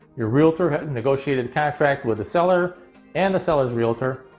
your realtor has negotiated contract with the seller and the sellers realtor.